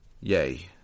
Yay